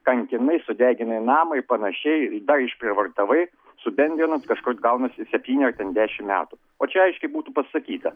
kankinai sudeginai namą ir panašiai dar išprievartavai subendrinot kažkoki gaunasi septyni ar ten dešimt metų o čia aiškiai būtų pasakyta